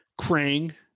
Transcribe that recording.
Krang